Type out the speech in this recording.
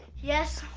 yes,